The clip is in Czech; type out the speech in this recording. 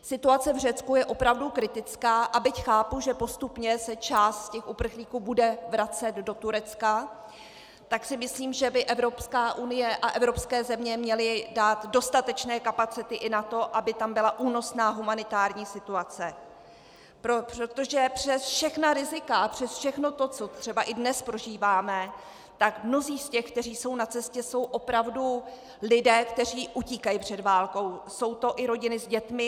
Situace v Řecku je opravdu kritická, a byť chápu, že postupně se část uprchlíků bude vracet do Turecka, tak si myslím, že by Evropská unie a evropské země měly dát dostatečné kapacity i na to, aby tam byla únosná humanitární situace, protože přes všechna rizika a přes všechno to, co třeba i dnes prožíváme, mnozí z těch, kteří jsou na cestě, jsou opravdu lidé, kteří utíkají před válkou, jsou to i rodiny s dětmi.